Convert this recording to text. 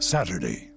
Saturday